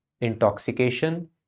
intoxication